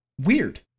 weird